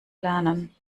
lernen